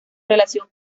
relación